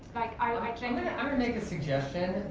i'm going to make a suggestion.